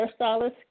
hairstylist